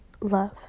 love